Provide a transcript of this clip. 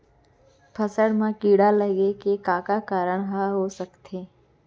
फसल म कीड़ा लगे के का का कारण ह हो सकथे?